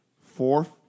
fourth